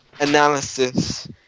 analysis